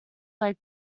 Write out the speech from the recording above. like